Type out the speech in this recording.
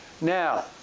now